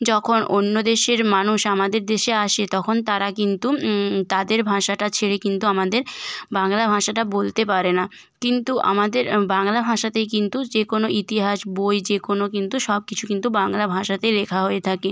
যখন অন্য দেশের মানুষ আমাদের দেশে আসে তখন তারা কিন্তু তাদের ভাষাটা ছেড়ে কিন্তু আমাদের বাংলা ভাষাটা বলতে পারে না কিন্তু আমাদের বাংলা ভাষাতেই কিন্তু যে কোনো ইতিহাস বই যে কোনো কিন্তু সব কিছু কিন্তু বাংলা ভাষাতে লেখা হয়ে থাকে